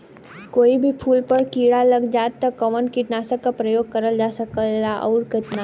कोई भी फूल पर कीड़ा लग जाला त कवन कीटनाशक क प्रयोग करल जा सकेला और कितना?